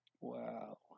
Wow